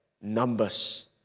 numbers